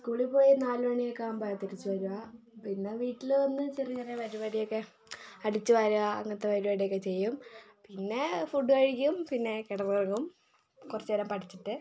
സ്കൂളിൽ പോയി നാലുമണി ഒക്കെ ആകുമ്പോഴാണ് തിരിച്ച് വരുക പിന്നെ വീട്ടിൽ വന്ന് ചെറിയ ചെറിയ പരിപാടി ഒക്കെ അടിച്ച് വാരുക അങ്ങനത്തെ പരിപാടി ഒക്കെ ചെയ്യും പിന്നെ ഫുഡ് കഴിക്കും പിന്നെ കിടന്ന് ഉറങ്ങും കുറച്ച് നേരം പഠിച്ചിട്ട്